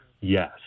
yes